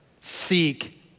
seek